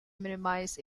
minimize